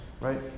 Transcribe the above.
right